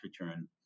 return